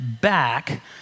back